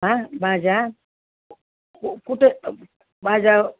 हा भाज्या कुठे भाज्या